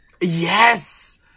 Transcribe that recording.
Yes